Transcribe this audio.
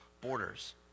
borders